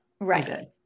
Right